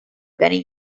benny